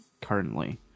currently